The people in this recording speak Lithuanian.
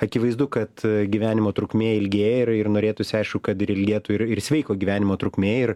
akivaizdu kad gyvenimo trukmė ilgėja ir ir norėtųsi aišku kad ir ilgėtų ir ir sveiko gyvenimo trukmė ir